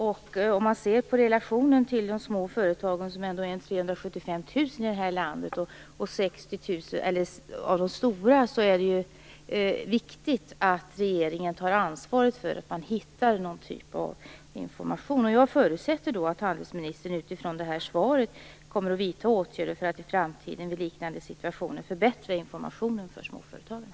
Med tanke på relationen mellan de små företagen, som ändå är ca 375 000 i det här landet, och de stora är det viktigt att regeringen tar ansvaret för att man hittar någon typ av information. Jag förutsätter utifrån det här svaret att handelsministern kommer att vidta åtgärder för att vid liknande situationer i framtiden förbättra informationen för småföretagarna.